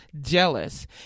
jealous